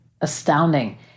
astounding